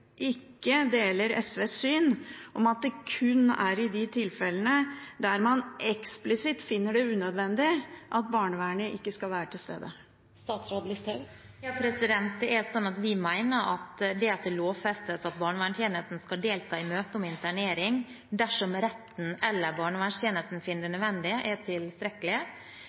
ikke deler SVs syn om at det kun er i de tilfellene der man eksplisitt finner det unødvendig, at barnevernet ikke skal være til stede? Vi mener at det at det lovfestes at barnevernstjenesten skal delta i møte om internering dersom retten eller barnevernstjenesten finner det nødvendig, er tilstrekkelig.